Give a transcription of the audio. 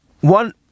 one